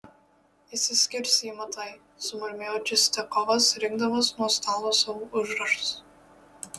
išsiskirs ji matai sumurmėjo čistiakovas rinkdamas nuo stalo savo užrašus